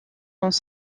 dans